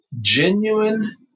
genuine